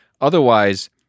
otherwise-